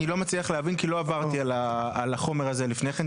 אני לא מצליח להבין כי לא עברתי על החומר הה לפני כן,